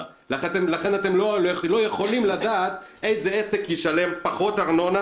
ולכן אתם לא יכולים לדעת איזה עסק ישלם פחות ארנונה,